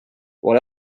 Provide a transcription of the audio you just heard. what